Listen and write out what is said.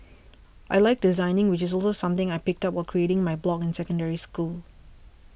I like designing which is also something I picked up while creating my blog in Secondary School